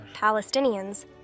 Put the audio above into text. Palestinians